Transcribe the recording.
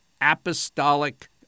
apostolic